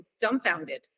dumbfounded